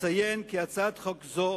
אציין כי הצעת חוק זו